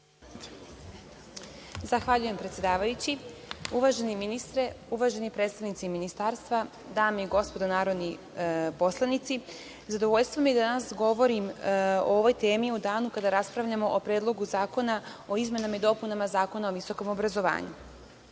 Zahvaljujem predsedavajući. Uvaženi ministre, uvaženi predstavnici Ministarstva, dame i gospodo narodni poslanici, zadovoljstvo mi je da danas govorim o ovoj temi u danu kada raspravljamo o Predlogu zakona o izmenama i dopunama Zakona o visokom obrazovanju. Kada